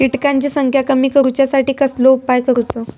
किटकांची संख्या कमी करुच्यासाठी कसलो उपाय करूचो?